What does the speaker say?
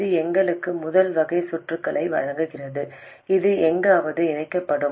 இது எங்களுக்கு முதல் வகை சுற்றுகளை வழங்குகிறது இது எங்காவது இணைக்கப்படும்